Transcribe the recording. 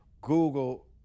Google